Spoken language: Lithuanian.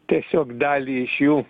tiesiog dalį iš jų